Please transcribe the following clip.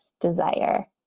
desire